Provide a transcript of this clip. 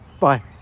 Bye